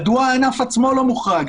מדוע הענף עצמו לא מוחרג?